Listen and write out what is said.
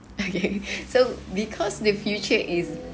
okay so because the future is